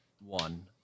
one